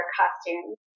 costumes